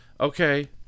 okay